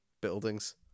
buildings